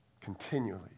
continually